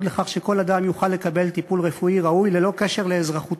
לכך שכל אדם יוכל לקבל טיפול רפואי ראוי ללא קשר לאזרחותו.